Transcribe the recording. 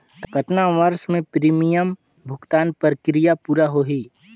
कतना वर्ष मे प्रीमियम भुगतान प्रक्रिया पूरा होही?